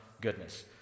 goodness